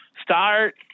Start